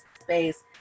space